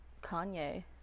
Kanye